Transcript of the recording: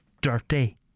dirty